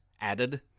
added